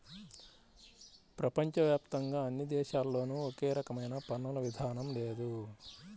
ప్రపంచ వ్యాప్తంగా అన్ని దేశాల్లోనూ ఒకే రకమైన పన్నుల విధానం లేదు